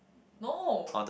no